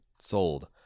sold